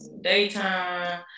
daytime